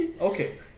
Okay